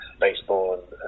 Baseball